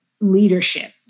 leadership